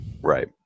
Right